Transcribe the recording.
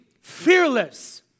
fearless